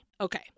Okay